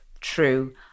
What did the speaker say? true